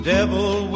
Devil